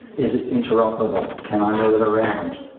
is it interoperable? can i move it around?